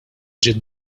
ġiet